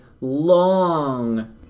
long